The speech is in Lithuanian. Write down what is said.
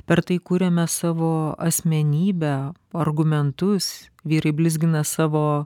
per tai kuriame savo asmenybę argumentus vyrai blizgina savo